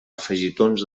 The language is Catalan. afegitons